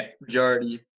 Majority